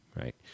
right